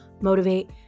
motivate